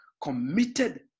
committed